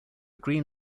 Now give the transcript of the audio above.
green